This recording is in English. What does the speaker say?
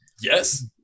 yes